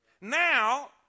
Now